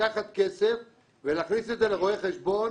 זה לקחת כסף ולהכניס את זה לרואה חשבון,